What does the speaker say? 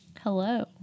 Hello